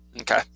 Okay